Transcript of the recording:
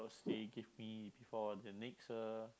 they give me before the next uh